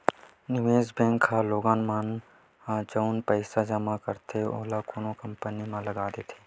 निवेस बेंक ह लोगन मन ह जउन पइसा जमा रहिथे ओला कोनो कंपनी म लगा देथे